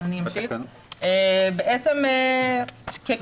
בעצם כשליש.